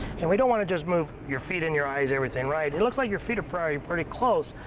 and we don't want to just move your feet and your eyes, everything right. it looks like your feet are probably pretty close,